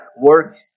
work